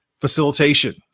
facilitation